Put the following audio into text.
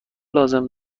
لازم